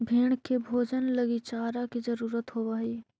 भेंड़ के भोजन लगी चारा के जरूरत होवऽ हइ